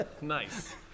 Nice